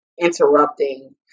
interrupting